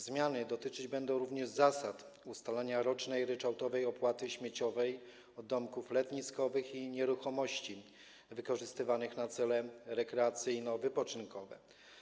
Zmiany dotyczą również zasad ustalania rocznej ryczałtowej opłaty śmieciowej od domków letniskowych i nieruchomości wykorzystywanych w celach rekreacyjno-wypoczynkowych.